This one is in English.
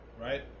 right